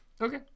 Okay